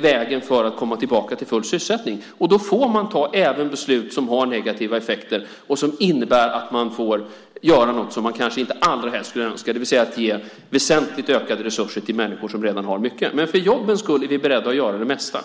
vägen för att komma tillbaka till full sysselsättning. Då får man även ta beslut som har negativa effekter och innebär att man får göra något som man kanske inte allra helst skulle önska, det vill säga ge väsentligt ökade resurser till människor som redan har mycket. För jobbens skull är vi emellertid beredda att göra det mesta.